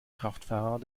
kraftfahrer